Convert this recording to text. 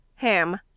HAM